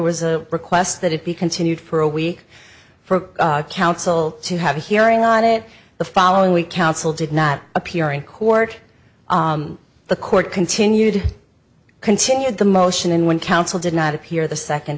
was a request that it be continued for a week for counsel to have a hearing on it the following week counsel did not appear in court the court continued continued the motion and when counsel did not appear the second